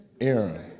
Aaron